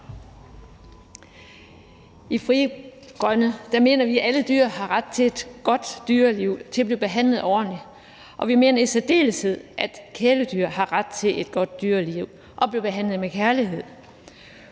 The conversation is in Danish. I Frie Grønne mener vi, at alle dyr har ret til et godt dyreliv, til at blive behandlet ordentligt, og vi mener i særdeleshed, at kæledyr har ret til et godt dyreliv og blive behandlet med kærlighed.